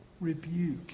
rebuke